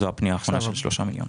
זו הפנייה האחרונה של שלושה מיליון.